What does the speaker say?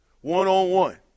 one-on-one